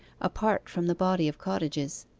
apart from the body of cottages.